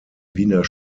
wiener